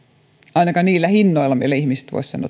ainakaan niillä hinnoilla millä ihmiset voisivat sen